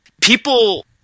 people